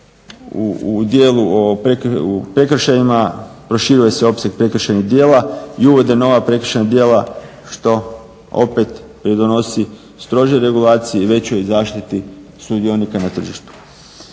U dijelu o prekršajima proširuje se opseg prekršajnih djela i uvode nova prekršajna djela što opet pridonosi strožoj regulaciji i većoj zaštiti sudionika na tržištu.